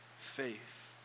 faith